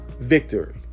victory